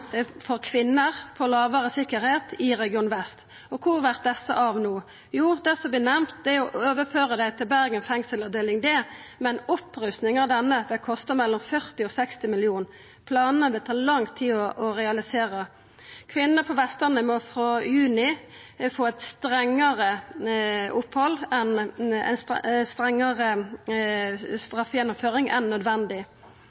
for kvinner på lågare sikkerheit i region vest. Og kor vert desse av no? Jo, det som vert nemnt, er å overføra dei til Bergen fengsel avdeling D, men opprusting av den vil kosta mellom 40 mill. kr og 60 mill. kr – planar det tar lang tid å realisera. Kvinner på Vestlandet må frå juni få ei strengare straffegjennomføring enn